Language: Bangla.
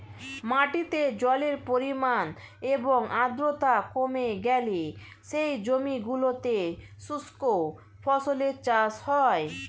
মাটিতে জলের পরিমাণ এবং আর্দ্রতা কমে গেলে সেই জমিগুলোতে শুষ্ক ফসলের চাষ হয়